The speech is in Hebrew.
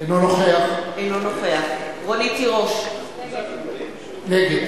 אינו נוכח רונית תירוש, נגד